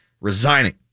resigning